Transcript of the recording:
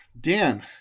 Dan